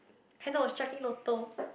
hello striking lotto